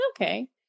okay